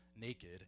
naked